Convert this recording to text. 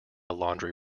laundry